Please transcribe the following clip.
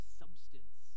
substance